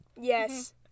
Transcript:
Yes